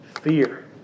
Fear